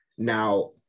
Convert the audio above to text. Now